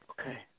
Okay